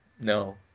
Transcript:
No